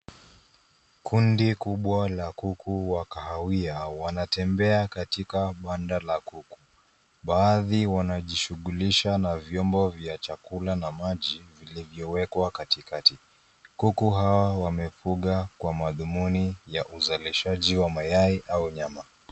Kundi kubwa la kuku wa kahawia. Wanatembea katika banda la kuku. Baadhi wanajushughulisha na vyombo vya chakula na maji vilivyowekwa katikati. Kuku hao wamefuga kwa madhumuni ya uzalishaji wa mayai au nyama.